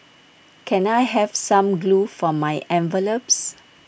can I have some glue for my envelopes